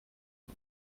und